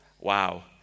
Wow